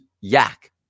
yak